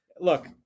look